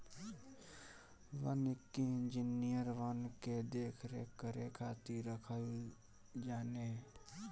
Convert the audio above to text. वानिकी इंजिनियर वन के देख रेख करे खातिर रखल जाने